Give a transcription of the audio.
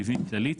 כללית,